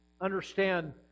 Understand